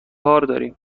داریم